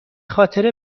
خاطر